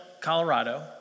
Colorado